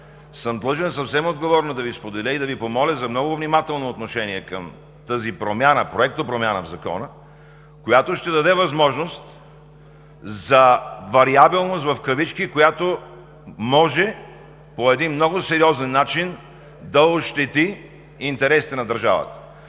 съм длъжен съвсем отговорно да Ви споделя и да Ви помоля за много внимателно отношение към тази проектопромяна в Закона, която ще даде възможност за вариабилност, в кавички, която може по един много сериозен начин да ощети интересите на държавата.